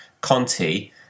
Conti